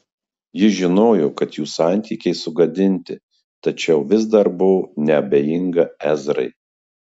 ji žinojo kad jų santykiai sugadinti tačiau vis dar buvo neabejinga ezrai